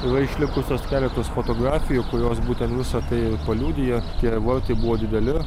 yra išlikusios keletos fotografijų kurios būtent visa tai paliudija tie vartai buvo dideli